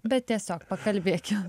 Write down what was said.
bet tiesiog pakalbėki